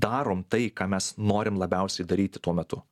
darom tai ką mes norim labiausiai daryti tuo metu